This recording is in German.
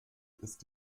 ist